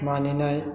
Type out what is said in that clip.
मानिनाय